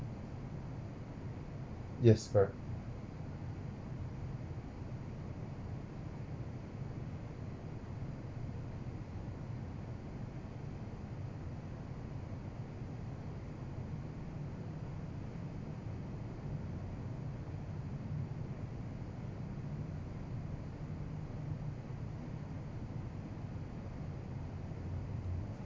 yes correct